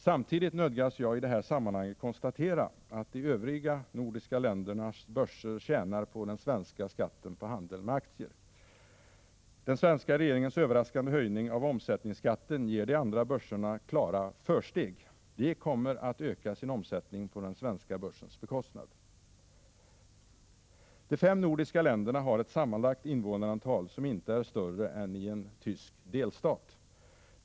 Samtidigt nödgas jag i det här sammanhanget konstatera att de övriga nordiska ländernas börser tjänar på den svenska skatten på handel med aktier. Den svenska regeringens överraskande höjning av omsättningsskatten ger de andra börserna klara försteg. De kommer att öka sin omsättning på den svenska börsens bekostnad. De fem nordiska länderna har ett sammanlagt invånarantal som inte är större än invånarantalet i en tysk delstat.